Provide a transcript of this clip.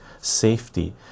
safety